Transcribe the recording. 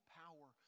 power